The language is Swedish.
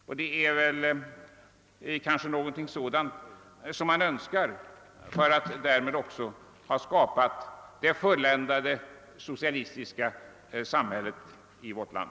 Kanske är det någonting sådant som man önskar — för att därigenom också ha skapat det fulländade socialistiska samhället i vårt land.